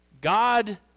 God